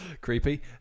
Creepy